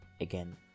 again